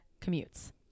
commutes